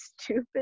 stupid